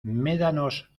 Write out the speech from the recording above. médanos